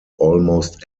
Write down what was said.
almost